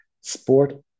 sport